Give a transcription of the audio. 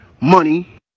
money